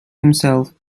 himself